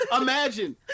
imagine